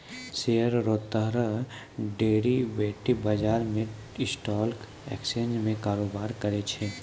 share रो तरह derivatives बजार भी स्टॉक एक्सचेंज में कारोबार करै छै